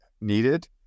needed